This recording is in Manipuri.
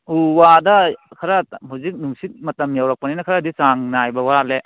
ꯎ ꯋꯥꯗ ꯈꯔ ꯍꯧꯖꯤꯛ ꯅꯨꯡꯁꯤꯠ ꯃꯇꯝ ꯇꯧꯔꯛꯄꯅꯤꯅ ꯈꯔꯗꯤ ꯆꯥꯡ ꯅꯥꯏꯕ ꯋꯥꯠꯂꯦ